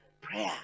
prayer